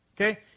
Okay